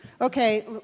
Okay